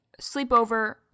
sleepover